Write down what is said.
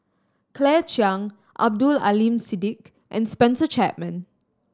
Claire Chiang Abdul Aleem Siddique and Spencer Chapman